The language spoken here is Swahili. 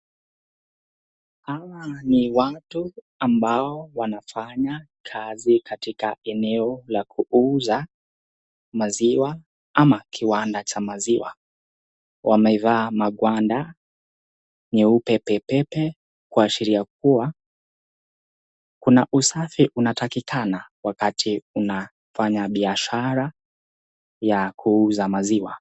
Hawa ni watu ambao wanafanya kazi katika eneo la kuuza maziwa ama kiwanda cha maziwa. Wamevaa magwanda nyeupe pepepe! Kuashiria kuwa kuna usafi unatakikana wakati unafanya biashara ya kuuza maziwa.